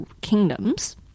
kingdoms